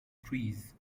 trees